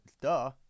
duh